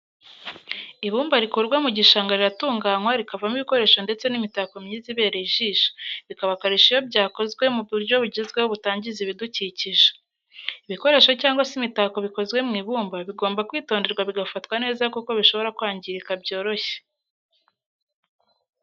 Ibumba rikurwa mu gishanga riratunganywa rikavamo ibikoresho ndetse n'imitako myiza ibereye ijisho, bikaba akarusho iyo byakozwe mu buryo bugezweho butangiza ibidukikije. Ibikoresho cyangwa se imitako bikozwe mu ibumba bigomba kwitonderwa bigafatwa neza kuko bishobora kwangirika byoroshye.